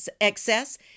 excess